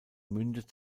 mündet